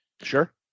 Sure